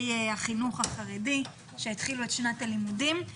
החינוך החרדי שהתחילו את שנת הלימודים.